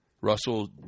Russell